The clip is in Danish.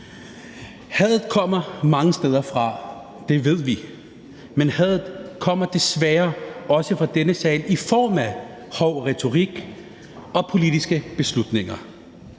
Hadet kommer mange steder fra – det ved vi – men hadet kommer desværre også fra denne sal i form af hård retorik og politiske beslutninger